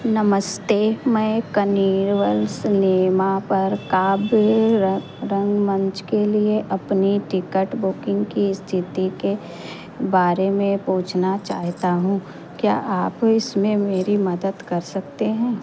नमस्ते मैं Carnival cinema पर काव्य रंगमंच के लिए अपनी टिकट बुकिंग की स्थिति के बारे में पूछना चाहता हूँ क्या आप इसमें मेरी मदद कर सकते हैं